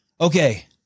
okay